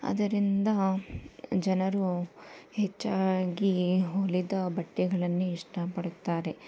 ಅದರಿಂದ ಜನರು ಹೆಚ್ಚಾಗಿ ಹೊಲಿದ ಬಟ್ಟೆಗಳನ್ನೇ ಇಷ್ಟಪಡುತ್ತಾರೆ